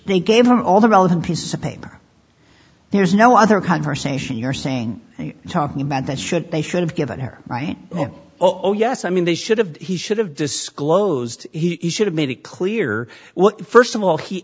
they gave her all the relevant pieces of paper there's no other conversation you're saying and talking about that should they should have given her right oh yes i mean they should have he should have disclosed he should have made it clear well first of all he